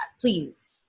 Please